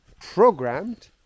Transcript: programmed